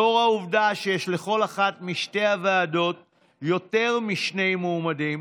לאור העובדה שיש לכל אחת משתי הוועדות יותר משני מועמדים,